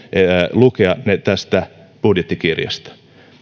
lukea ne tästä budjettikirjasta